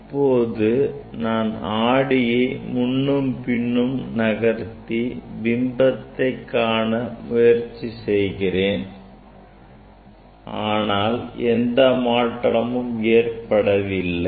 இப்போது நான் ஆடியை முன்னும் பின்னும் நகர்த்தி பிம்பத்தை காண முயற்சி செய்கிறேன் ஆனால் எந்த மாற்றமும் ஏற்படவில்லை